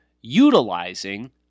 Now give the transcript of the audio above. utilizing